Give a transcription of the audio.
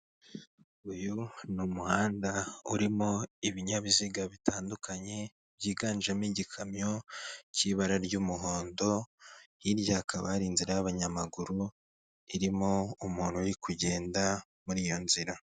Uyu ni umuhanda urimo ibinyabiziga bitandukanye byiganjemo igikamyo cy'ibara ry'umuhondo, hirya hakaba hari inzira y'abanyamaguru irimo umuntu uri kugenda muri iyo nzira.